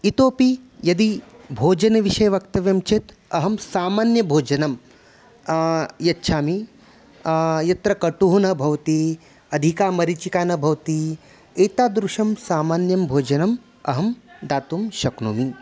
इतोऽपि यदि भोजनविषये वक्तव्यं चेत् अहं सामान्यं भोजनं यच्छामि यत्र कटुः न भवति अधिका मरिचिका न भवति एतादृशं सामान्यं भोजनम् अहं दातुं शक्नोमि